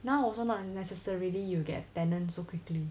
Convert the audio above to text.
now also not unnecessarily you will get a tenant so quickly